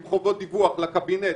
עם חובות דיווח לקבינט,